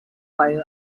while